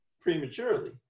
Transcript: prematurely